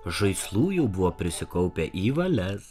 žaislų jau buvo prisikaupę į valias